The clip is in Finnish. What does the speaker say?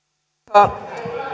arvoisa